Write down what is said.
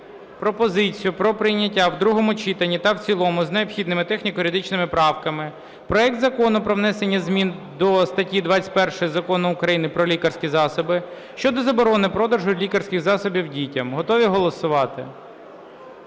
пропозицію про прийняття в другому читанні та в цілому з необхідними техніко-юридичними правками проект Закону про внесення змін до статті 21 Закону України "Про лікарські засоби" щодо заборони продажу лікарських засобів дітям. Готові голосувати?